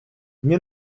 nie